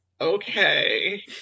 Okay